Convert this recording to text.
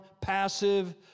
passive